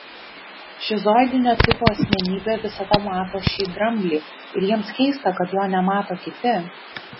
šizoidinio tipo asmenybė visada mato šį dramblį ir jiems keista kad jo nemato kiti